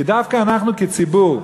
כי דווקא אנחנו, כציבור,